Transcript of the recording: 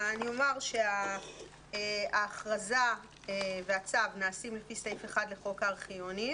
אני אומר שההכרזה והצו נעשים לפי סעיף 1 לחוק הארכיונים.